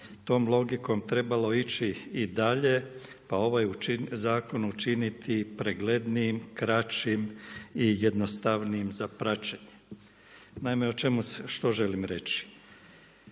tom logikom trebalo ići i dalje, pa ovaj zakon učinit preglednijim, kraćim i jednostavnijim za praćenje. Naime, što želim reći?